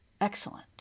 excellent